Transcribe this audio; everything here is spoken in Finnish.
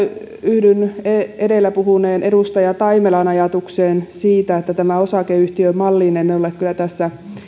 yhdyn edellä puhuneen edustaja taimelan ajatukseen siitä että tähän osakeyhtiömalliin en ole kyllä tässä